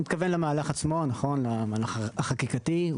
אני מתכוון למהלך החקיקתי עצמו.